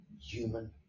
human